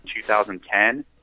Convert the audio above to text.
2010